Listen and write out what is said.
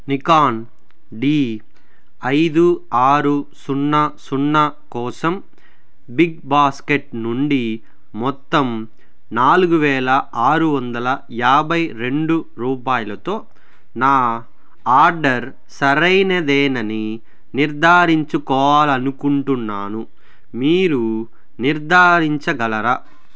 Nikon D ఐదు ఆరు సున్నా సున్నా కోసం బిగ్ బాస్కెట్ నుండి మొత్తం నాలుగు వేల ఆరు వందల యాభై రెండు రూపాయలతో నా ఆర్డర్ సరైనదే అని నిర్ధారించుకోవాలి అనుకుంటున్నాను మీరు నిర్ధారించగలరా